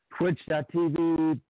Twitch.tv